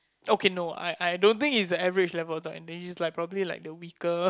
okay no I I don't think he's the average level dog and then he's probably like a weaker